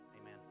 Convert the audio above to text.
amen